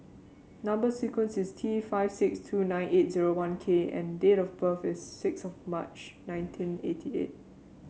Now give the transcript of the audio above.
number sequence is T five six two nine eight zero one K and date of birth is six March nineteen eighty eight